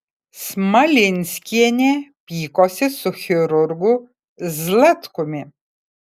smalinskienė pykosi su chirurgu zlatkumi